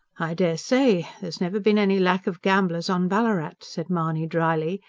i dare say. there's never been any lack of gamblers on ballarat, said mahony dryly,